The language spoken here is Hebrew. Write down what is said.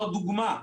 זה דוגמה.